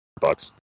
bucks